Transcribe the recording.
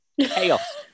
Chaos